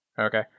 Okay